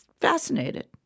fascinated